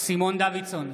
סימון דוידסון,